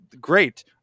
great